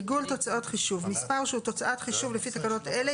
עיגול תוצאות חישוב 28. מספר שהוא תוצאת חישוב לפי תקנות אלה,